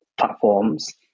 platforms